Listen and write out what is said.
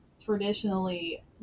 traditionally